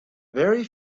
very